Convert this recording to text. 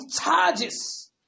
charges